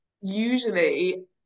usually